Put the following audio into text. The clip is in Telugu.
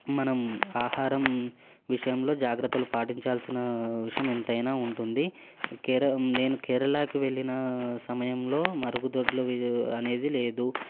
మనం ఆహారం విషయంలో జాగ్రత్తలు పాటించాల్సిన విషం ఎంతైనా ఉంటుంది కేర నేను కేరళాకి వెళ్ళిన సమయంలో మరుగుదొడ్లు అనేది లేదు